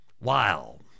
Wow